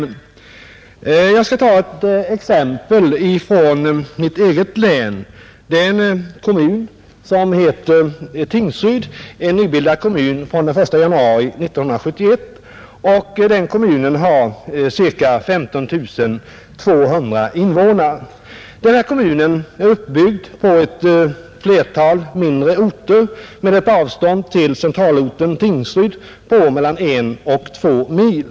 Jag skall ta ett exempel från mitt eget län, Där finns en kommun som heter Tingsryd, en ny kommun som bildades den 1 januari 1971. Kommunen har cirka 15 200 invånare och är uppbyggd på ett flertal mindre orter med ett avstånd till centralorten Tingsryd på mellan en och två mil.